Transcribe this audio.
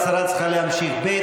השרה צריכה להמשיך, ב.